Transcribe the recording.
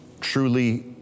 truly